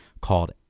called